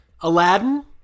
Aladdin